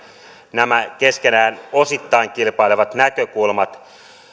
nämä keskenään osittain kilpailevat näkökulmat